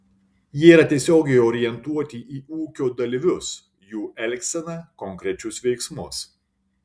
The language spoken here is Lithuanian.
jie yra tiesiogiai orientuoti į ūkio dalyvius jų elgseną konkrečius veiksmus